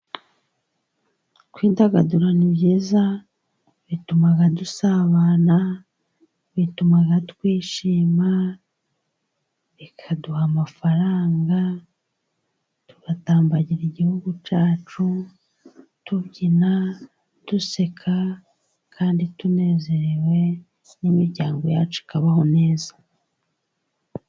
Kwidagadura ni byiza, bituma dusabana, bituma twishima, bikaduha amafaranga, tugatambagira igihugu cyacu, tubyina, duseka kandi tunezerewe n'imiryango yacu ikabaho neza.